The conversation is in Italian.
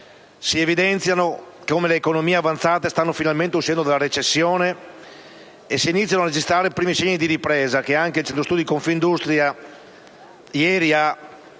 Si evidenzia che le economie avanzate stanno finalmente uscendo dalla recessione e si iniziano a registrare i primi segni di ripresa. Anche il Centro Studi Confindustria ieri ha affermato